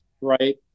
right